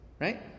right